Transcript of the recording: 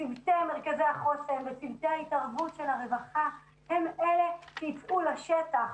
שצוותי מרכזי החוסן וצוותי ההתערבות של הרווחה הם אלה שיצאו לשטח.